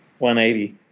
180